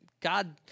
God